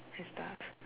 and stuff